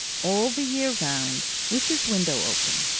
all the year round, with his window open,